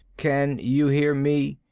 can you hear me?